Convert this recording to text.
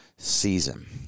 season